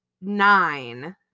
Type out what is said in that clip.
nine